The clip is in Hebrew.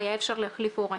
היה אפשר להחליף הורה.